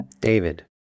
David